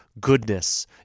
goodness